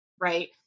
right